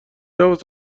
حواس